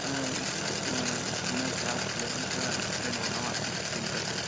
سر میں class eleventh کا student بول رہا ہوں آپ کی اسکول کا سر